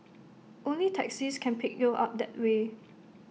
only taxis can pick you up that way